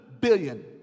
billion